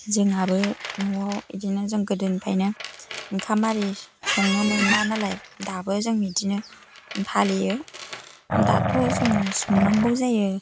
जोंहाबो न'आव बिदिनो जों गोदोनिफ्रायनो ओंखाम आरि संनो मोना नालाय दाबो जों बिदिनो फालियो दाथ' जोङो संनांगौ जायो